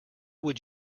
would